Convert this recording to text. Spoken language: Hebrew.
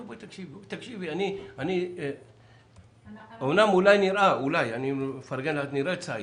אני אולי נראה צעיר,